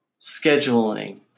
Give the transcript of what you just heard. scheduling